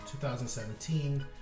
2017